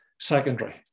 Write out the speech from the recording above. secondary